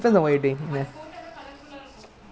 ya that's why if you doing something you like then it's okay